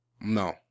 No